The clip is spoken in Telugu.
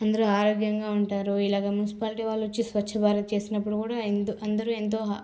అందరు ఆరోగ్యంగా ఉంటారు ఇలాగ మున్సిపాలిటీ వాళ్ళు వచ్చి స్వచ్ఛ భారత్ చేసినప్పుడు కూడా ఎంతో అందరు ఎంతో